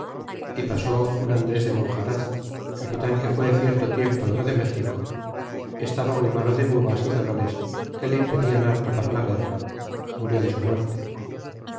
y pasó un andres de monjaraz capitan que fue cierto tiempo en lo de méxico estaba muy malo de bubas y dolores que le impedian harto para la guerra murió de su muerte